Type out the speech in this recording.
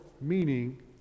meaning